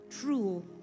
true